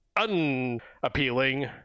unappealing